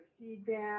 feedback